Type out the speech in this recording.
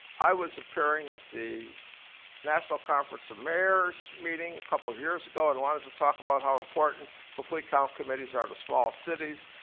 i was appearing at the national conference of mayors meeting a couple years ago and wanted to talk about how important complete count committees are to small cities,